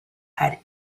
had